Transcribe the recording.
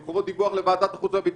עם חובת דיווח לוועדת החוץ והביטחון.